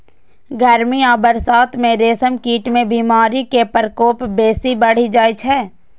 गर्मी आ बरसात मे रेशम कीट मे बीमारी के प्रकोप बेसी बढ़ि जाइ छै